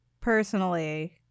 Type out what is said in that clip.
personally